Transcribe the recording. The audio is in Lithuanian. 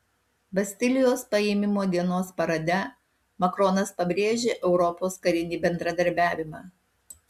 bastilijos paėmimo dienos parade macronas pabrėžė europos karinį bendradarbiavimą